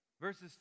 Verses